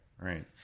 right